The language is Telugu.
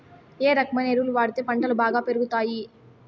ఏ రకమైన ఎరువులు వాడితే పంటలు బాగా పెరుగుతాయి?